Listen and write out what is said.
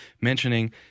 mentioning